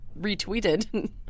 retweeted